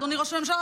אדוני ראש הממשלה,